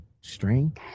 String